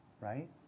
Right